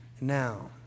Now